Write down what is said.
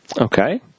Okay